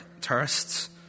terrorists